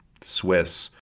Swiss